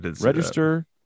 Register